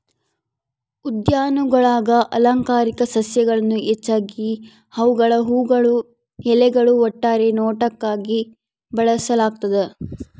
ಉದ್ಯಾನಗುಳಾಗ ಅಲಂಕಾರಿಕ ಸಸ್ಯಗಳನ್ನು ಹೆಚ್ಚಾಗಿ ಅವುಗಳ ಹೂವುಗಳು ಎಲೆಗಳು ಒಟ್ಟಾರೆ ನೋಟಕ್ಕಾಗಿ ಬೆಳೆಸಲಾಗ್ತದ